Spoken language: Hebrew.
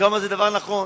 כמה זה דבר נכון.